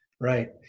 right